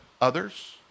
others